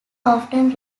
often